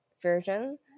version